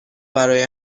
برای